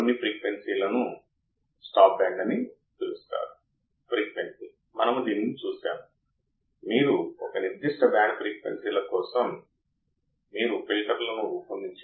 కాబట్టి ఒకవేళ నా వద్ద V ఉంటే V 2 వోల్ట్స్ అనుకుందాం V 1 వోల్ట్ అనుకుందాం